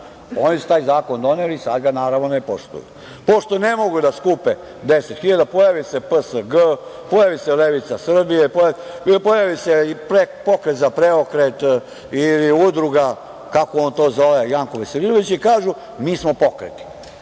Oni su taj zakon doneli i sada ga naravno ne poštuju. Pošto ne mogu da skupe 10 hiljada pojavi se PSG, pojavi se Levica Srbije i pojavi se Pokret za preokret ili udruga, kako n to zove, Janko Veselinović i kažu – mi smo pokreti.